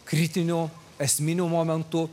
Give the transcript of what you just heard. kritiniu esminiu momentu